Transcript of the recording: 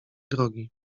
drogi